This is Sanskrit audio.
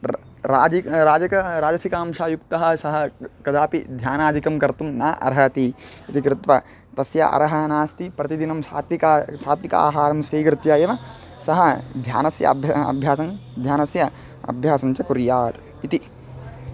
र् राजि राजिकं राजसिकांशयुक्तः सः कदापि ध्यानादिकं कर्तुं न अर्हति इति कृत्वा तस्य अर्हः नास्ति प्रतिदिनं सात्विकं सात्विकम् आहारं स्वीकृत्य एव सः ध्यानस्य अभ्या अभ्यासं ध्यानस्य अभ्यासञ्च कुर्यात् इति